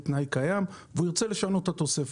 תנאי קיים והוא ירצה לשנות את התוספת,